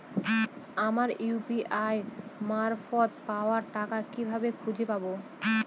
আমার ইউ.পি.আই মারফত পাওয়া টাকা কিভাবে খুঁজে পাব?